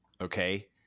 okay